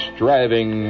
Striving